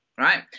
right